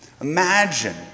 Imagine